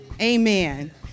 Amen